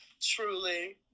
Truly